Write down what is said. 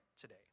today